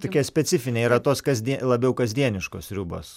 tokia specifinė yra tos kasdie labiau kasdieniškos sriubos